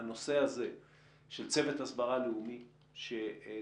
הנושא זה של צוות הסברה הלאומי שנמצא,